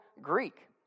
Greek